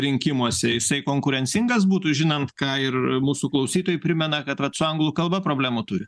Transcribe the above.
rinkimuose jisai konkurencingas būtų žinant ką ir mūsų klausytojai primena kad vat su anglų kalba problemų turi